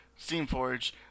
Steamforge